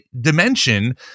dimension